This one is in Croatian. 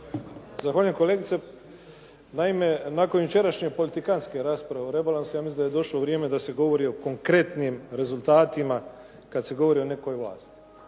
Zahvaljujem kolegice. Naime, nakon jučerašnje politikantske rasprave o rebalansu ja mislim da je došlo vrijeme da se govori o konkretnim rezultatima kad se govori o nekoj vlasti,